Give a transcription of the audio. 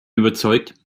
überzeugt